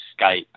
Skype